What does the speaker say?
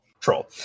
Troll